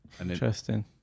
Interesting